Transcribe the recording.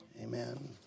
Amen